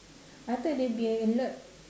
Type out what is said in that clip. I thought there will be a lot